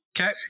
Okay